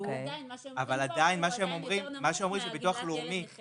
אבל הוא עדיין יותר נמוך מגמלת ילד נכה.